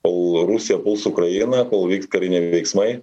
kol rusija puls ukrainą kol vyks kariniai veiksmai